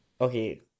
Okay